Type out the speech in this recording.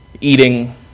Eating